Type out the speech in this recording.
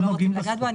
לא רוצים לגעת בו.